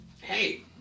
Hey